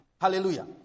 Hallelujah